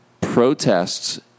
protests